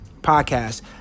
podcast